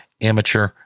amateur